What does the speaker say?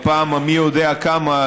בפעם המי יודע כמה,